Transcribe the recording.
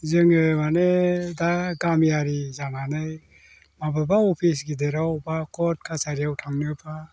जोङो माने दा गामियारि जानानै माब्लाबा अफिस गिदिराव बा कर्ट कासारियाव थांनोबा